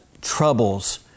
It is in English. troubles